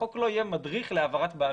החוק לא יהיה מדריך להעברת בעלות.